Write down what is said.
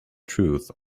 truth